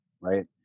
right